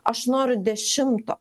aš noriu dešimto